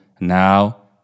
now